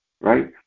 right